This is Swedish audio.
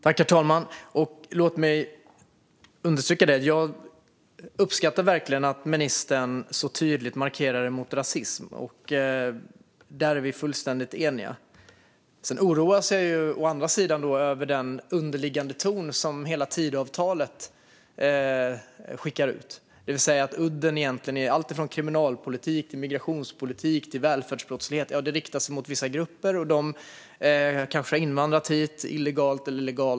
Herr talman! Låt mig understryka att jag verkligen uppskattar att ministern så tydligt markerar mot rasism. Där är vi fullständigt eniga. Å andra sidan oroas jag av den underliggande ton som hela Tidöavtalet skickar ut, det vill säga att udden i egentligen allt från kriminalpolitik till migrationspolitik och välfärdsbrottslighet riktar sig mot vissa grupper, som kanske har invandrat hit illegalt eller legalt.